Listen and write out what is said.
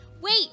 Wait